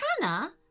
Hannah